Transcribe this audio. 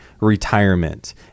Retirement